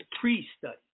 pre-study